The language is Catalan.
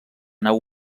nau